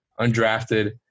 undrafted